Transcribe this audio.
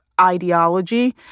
ideology